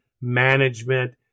management